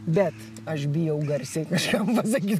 bet aš bijau garsiai kažkam pasakyt